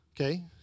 Okay